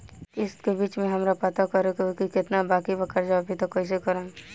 किश्त के बीच मे हमरा पता करे होई की केतना बाकी बा कर्जा अभी त कइसे करम?